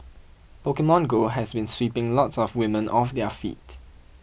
Pokemon Go has been sweeping lots of women off their feet